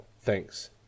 Thanks